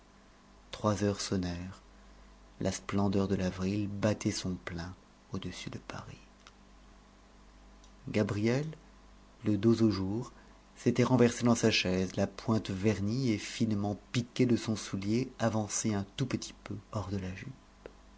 trois heures sonnèrent la splendeur de l'avril battait son plein au-dessus de paris gabrielle le dos au jour s'était renversée dans sa chaise la pointe vernie et finement piquée de son soulier avancée un tout petit peu hors de la jupe